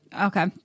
Okay